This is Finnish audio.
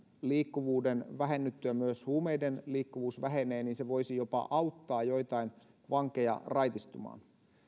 liikkuvuuden vähennyttyä myös huumeiden liikkuvuus vähenee niin se voisi jopa auttaa joitain vankeja raitistumaan